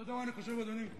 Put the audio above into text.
אתה יודע מה אני חושב, אדוני?